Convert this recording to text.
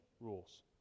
rules